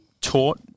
taught